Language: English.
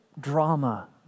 drama